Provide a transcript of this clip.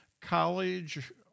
college